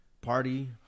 Party